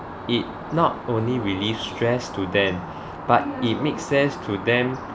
it not only relieve stress to them but it makes sense to them